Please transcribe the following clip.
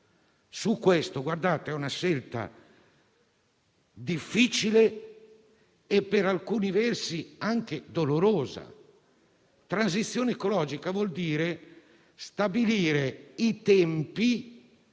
Guardate, si tratta di una scelta difficile e, per alcuni versi, anche dolorosa. Transizione ecologica vuol dire stabilire i tempi